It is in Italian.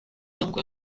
dunque